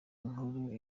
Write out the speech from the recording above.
inkuru